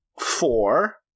four